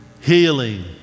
healing